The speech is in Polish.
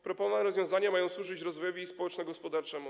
Proponowane rozwiązania mają służyć rozwojowi społeczno-gospodarczemu.